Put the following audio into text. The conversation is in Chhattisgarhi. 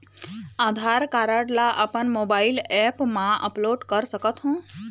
आधार कारड ला अपन मोबाइल ऐप मा अपलोड कर सकथों?